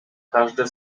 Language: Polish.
każde